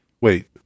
wait